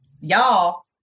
y'all